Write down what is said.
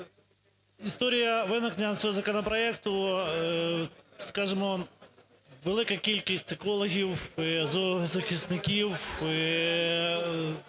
Історія виникнення цього законопроекту. Скажімо, велика кількість екологів, зоозахисників,